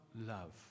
love